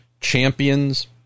champions